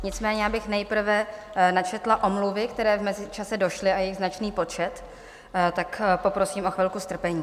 Nicméně bych nejprve načetla omluvy, které v mezičase došly, a je jich značný počet, tak poprosím o chvilku strpení.